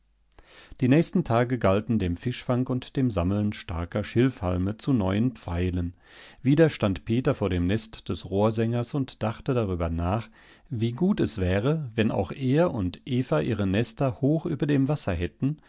die nächsten tage galten dem fischfang und dem sammeln starker schilfhalme zu neuen pfeilen wieder stand peter vor dem nest des rohrsängers und dachte darüber nach wie gut es wäre wenn auch er und eva ihre nester hoch über dem wasser hätten